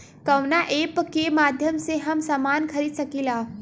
कवना ऐपके माध्यम से हम समान खरीद सकीला?